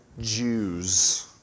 Jews